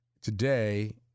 today